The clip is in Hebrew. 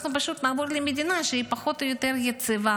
אנחנו פשוט נעבור למדינה שהיא פחות או יותר יציבה,